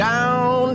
Down